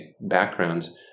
backgrounds